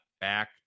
back